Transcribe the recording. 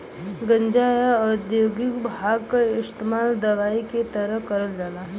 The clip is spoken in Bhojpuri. गांजा, या औद्योगिक भांग क इस्तेमाल दवाई के तरे करल जाला